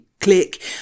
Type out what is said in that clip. click